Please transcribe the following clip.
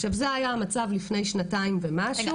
זה היה המצב לפני שנתיים ומשהו.